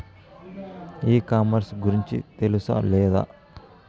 ఈ కామర్స్ గురించి తెలుసా లేదా?